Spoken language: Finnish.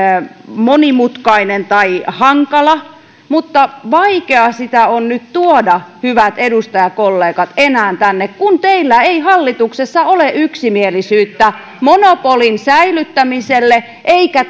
monimutkainen tai hankala mutta vaikea sitä on nyt tuoda hyvät edustajakollegat enää tänne kun teillä ei hallituksessa ole yksimielisyyttä monopolin säilyttämisestä eikä